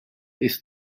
ist